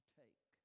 take